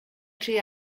tri